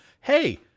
Hey